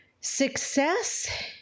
Success